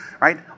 right